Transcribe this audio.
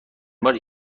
باری